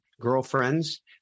girlfriends